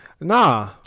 Nah